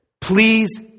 please